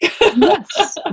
Yes